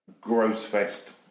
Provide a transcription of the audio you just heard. gross-fest